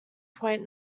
point